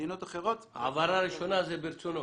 במדינות אחרות --- העברה ראשונה זה מרצונו.